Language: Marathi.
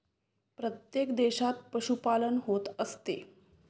प्रत्येक देशात पशुपालन होत असते